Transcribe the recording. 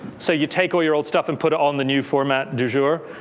so you take all your old stuff and put it on the new format du jour.